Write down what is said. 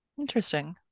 Interesting